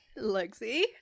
Lexi